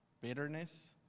bitterness